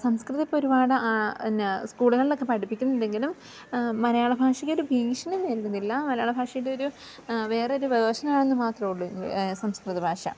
സംസ്കൃതം ഇപ്പം ഒരുപാട് എന്നാ സ്കൂളുകളിലൊക്കെ പഠിപ്പിക്കുന്നുണ്ടെങ്കിലും മലയാള ഭാഷക്കൊരു ഭീഷണി നേരിടുന്നില്ല മലയാള ഭാഷയുടെ ഒരു വേറൊരു വേർഷനാണെന്നു മാത്രമേ ഉള്ളു സംസ്കൃത ഭാഷ